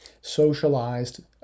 socialized